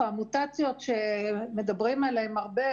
המוטציות שמדברים עליהן הרבה,